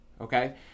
okay